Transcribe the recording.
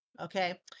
Okay